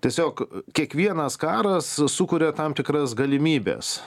tiesiog kiekvienas karas sukuria tam tikras galimybes